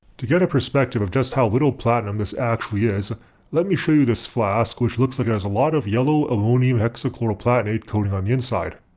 to get a perspective of just how little platinum this actually is let me show you this flask which looks like it has a lot of yellow ammonium hexachloroplatinate coating on the inside.